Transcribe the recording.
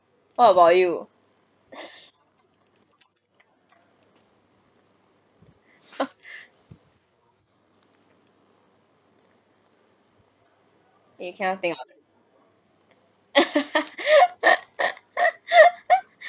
what about you